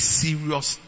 serious